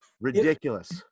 ridiculous